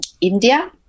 India